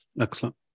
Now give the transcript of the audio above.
Excellent